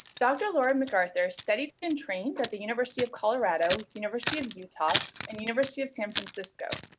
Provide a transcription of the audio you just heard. dr. laura mcarthur studied and trained at the university of colorado university of utah and university of san francisco.